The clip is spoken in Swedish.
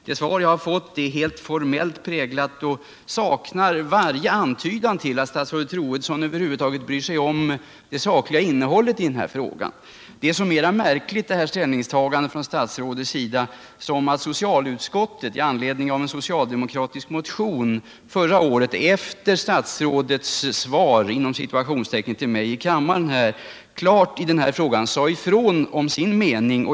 Det svar jag har fått är helt formellt präglat och saknar varje antydan om att statsrådet Troedsson över huvud taget bryr sig om det sakliga innehållet i denna fråga. Desto mer märkligt är detta ställningstagande från statsrådets sida som socialutskottet i anledning av en socialdemokratisk motion förra året efter statsrådets ”svar” till mig i kammaren i denna fråga klart sade ifrån om sin mening.